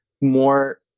more